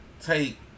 take